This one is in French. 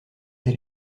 elle